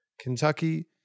Kentucky